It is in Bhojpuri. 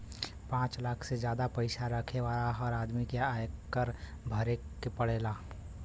पांच लाख से जादा पईसा रखे वाला हर आदमी के आयकर भरे के पड़ेला